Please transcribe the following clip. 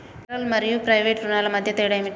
Federal మరియు private రుణాల మధ్య తేడా ఏమిటి?